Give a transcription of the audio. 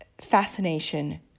fascination